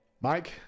Mike